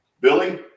Billy